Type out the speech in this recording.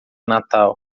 natal